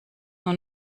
nur